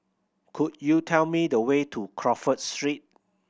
could you tell me the way to Crawford Street